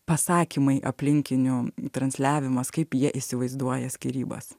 pasakymai aplinkinių transliavimas kaip jie įsivaizduoja skyrybas